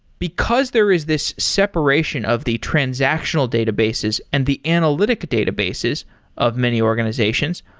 because there is this separation of the transactional databases and the analytic databases of many organizations,